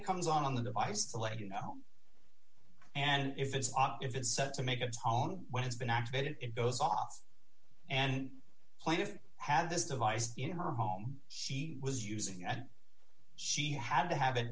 comes on the device to let you know and if it's on if it's set to make a tone when it's been activated it goes off and played it had this device in her home she was using and she had to have it